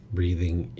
Breathing